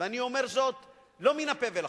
ואני אומר זאת לא מן הפה ולחוץ,